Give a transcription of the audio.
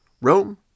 Rome